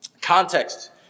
Context